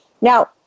Now